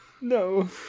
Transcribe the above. No